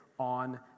on